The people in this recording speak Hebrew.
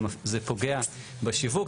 זה פוגע בשיווק,